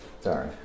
Sorry